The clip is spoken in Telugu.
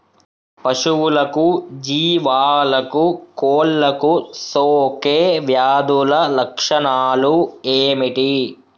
పశువులకు జీవాలకు కోళ్ళకు సోకే వ్యాధుల లక్షణాలు ఏమిటి?